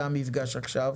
זה המפגש עכשיו,